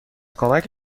کمک